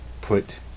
Put